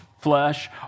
flesh